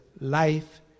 Life